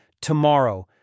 tomorrow